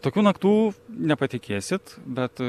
tokių naktų nepatikėsit bet